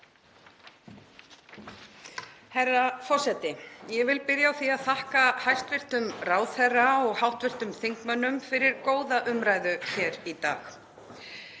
Herra forseti. Ég vil byrja á því að þakka hæstv. ráðherra og hv. þingmönnum fyrir góða umræðu hér í dag.